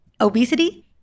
obesity